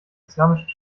islamischen